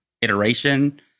iteration